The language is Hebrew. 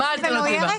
מה האלטרנטיבה המועדפת?